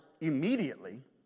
immediately